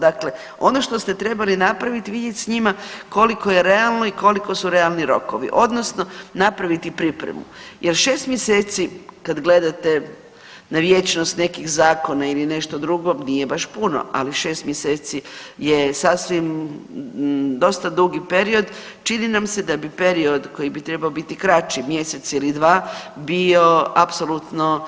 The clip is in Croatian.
Dakle, ono što ste trebali napraviti vidjet s njima koliko je realno i koliko su realni rokovi odnosno napraviti pripremu jer 6 mjeseci kad gledate na vječnost nekih zakona ili nešto drugo nije baš puno, ali 6 mjeseci je sasvim dosta dugi period, čini nam se da bi period koji bi trebao biti kraći mjesec ili 2 bio apsolutno